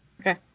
Okay